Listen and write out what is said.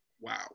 Wow